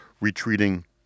retreating